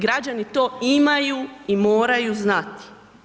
Građani to imaju i moraju znati.